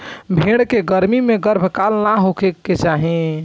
भेड़ के गर्मी में गर्भकाल ना होखे के चाही